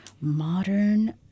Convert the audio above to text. modern